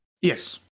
Yes